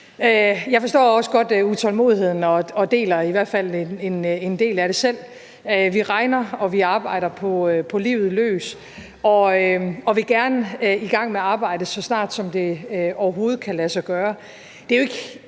Jeg forstår også godt utålmodigheden og deler i hvert fald en del af det selv. Vi regner og vi arbejder på livet løs og vil gerne i gang med arbejdet, så snart det overhovedet kan lade sig gøre.